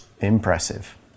Impressive